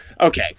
Okay